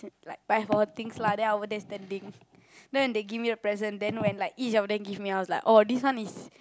like for her things lah then I was over there standing then they give me a present then like each of them give me then I was like oh this one is